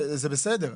זה בסדר.